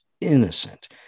innocent